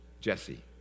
Jesse